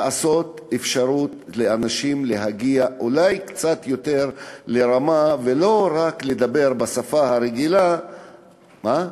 אפשרות לאנשים אולי להגיע לרמה קצת יותר גבוהה,